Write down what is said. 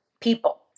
people